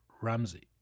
Ramsey